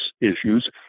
issues